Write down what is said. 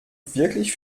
wirklich